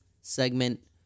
segment